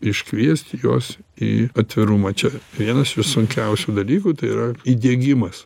iškviest juos į atvirumą čia vienas iš sunkiausių dalykų tai yra įdiegimas